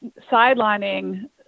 sidelining